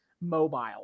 mobile